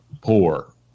poor